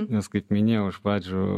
nes kaip minėjau iš pradžių